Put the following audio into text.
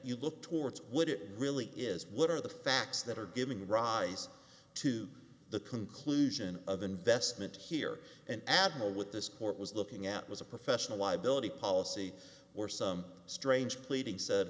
you look towards would it really is what are the facts that are giving rise to the conclusion of investment here and add more with this court was looking at was a professional liability policy or some strange pleading said